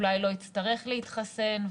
אולי לא יצטרך להתחסן,